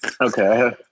Okay